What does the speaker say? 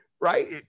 right